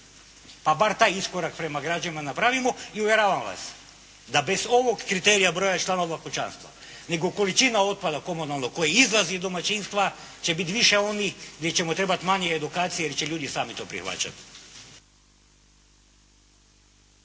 Pa bar taj iskorak prema građanima napravimo i uvjeravam vas da bez ovog kriterija broja članova kućanstva, nego količina otpada komunalnog koji izlazi iz domaćinstva će biti više onih gdje ćemo trebati manje edukacije ili će ljudi sami to prihvaćati.